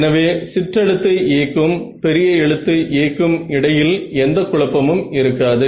எனவே சிற்றெழுத்து a க்கும் பெரிய எழுத்து a க்கும் இடையில் எந்த குழப்பமும் இருக்காது